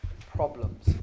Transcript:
problems